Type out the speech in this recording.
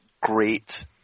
great